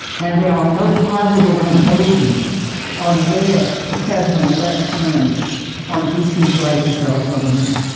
and there are no positive indications on where the president elect stands on d c s right to self-government.